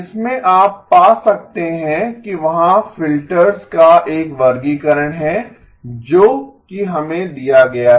इसमें आप पा सकते हैं कि वहाँ फिल्टर्स का एक वर्गीकरण है जो कि हमें दिया गया है